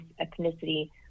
ethnicity